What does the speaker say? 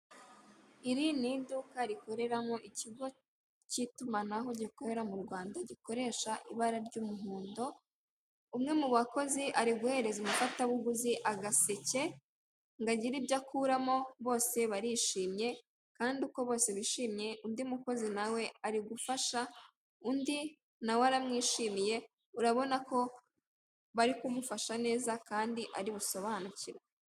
Iri ni iduka rikoreramo ikigo cy'itumanaho gikorera mu Rwanda gikoresha ibara ry'umuhondo, umwe mu bakozi ari guhereza umufatabuguzi agaseke ngo agire ibyo akuramo, bose barishimye kandi uko bose bishimiye, undi mukozi nawe ari gufasha undi, nawe aramwishimiye urabona ko bari kumufasha neza kandi ari busobanukirwe.